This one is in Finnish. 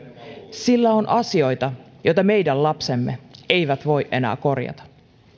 sillä on asioita joita meidän lapsemme eivät voi enää korjata